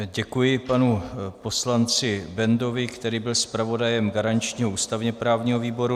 Děkuji panu poslanci Bendovi, který byl zpravodajem garančního ústavněprávního výboru.